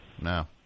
no